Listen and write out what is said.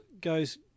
goes